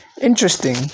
interesting